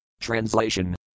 Translation